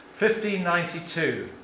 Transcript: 1592